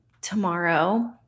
tomorrow